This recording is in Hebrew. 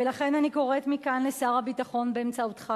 ולכן אני קוראת מכאן לשר הביטחון באמצעותך,